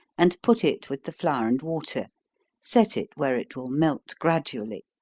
and put it with the flour and water set it where it will melt gradually.